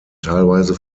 teilweise